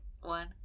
One